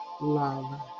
love